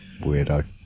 Weirdo